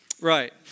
Right